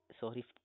sorry